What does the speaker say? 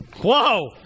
Whoa